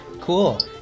cool